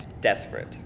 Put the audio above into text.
Desperate